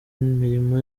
imirimo